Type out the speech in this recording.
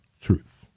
Truth